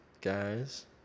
guys